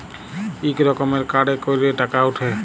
ইক রকমের কাড়ে ক্যইরে টাকা উঠে